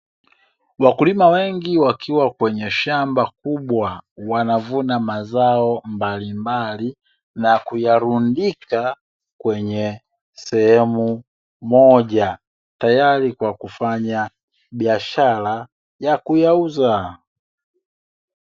Wakulima wengi wakiwa kwenye shamba kubwa wanavuna mazao mbalimbali na kuyarundika kwenye sehemu moja, tayari kwa kufanya biashara ya kuyauza.